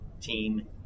team